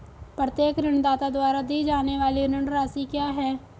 प्रत्येक ऋणदाता द्वारा दी जाने वाली ऋण राशि क्या है?